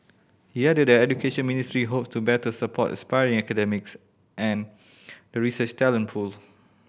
he added that the Education Ministry hopes to better support aspiring academics and the research talent pool